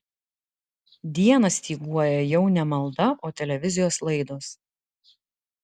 dieną styguoja jau ne malda o televizijos laidos